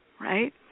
right